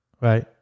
right